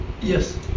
Yes